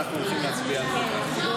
אנחנו הולכים להצביע על חוק האחדות.